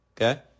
Okay